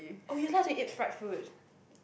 oh you like to eat fried food